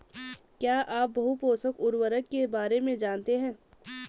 क्या आप बहुपोषक उर्वरक के बारे में जानते हैं?